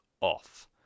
off